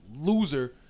loser